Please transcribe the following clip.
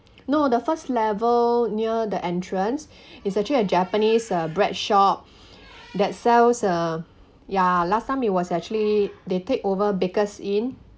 no the first level near the entrance is actually a japanese uh bread shop that sells uh ya last time it was actually they take over bakerzin